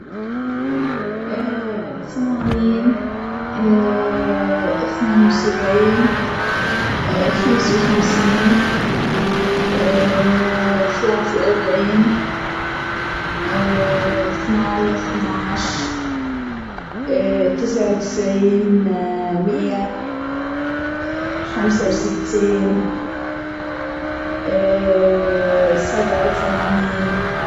ثمانين أثنين وسبعين خمس وخمسين ثلاث وأربعين ثمانية أثناش تسعة وتسعين مية خمسة وستين سبعة وثمانين.